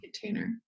container